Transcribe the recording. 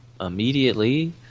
immediately